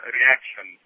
reaction